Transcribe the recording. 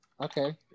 okay